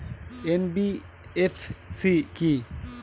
NBFC কী?